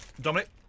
Dominic